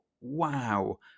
wow